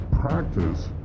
practice